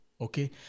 Okay